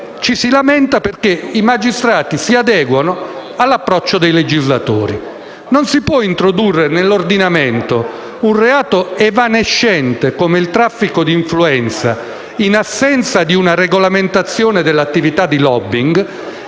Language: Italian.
e poi lamentarsi perché i magistrati si adeguano all'approccio dei legislatori. Non si può introdurre nell'ordinamento un reato evanescente come il traffico di influenza in assenza di una regolamentazione dell'attività di *lobbying*